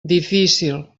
difícil